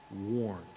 warned